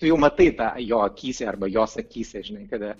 tu jau matai tą jo akyse arba jos akyse žinai kada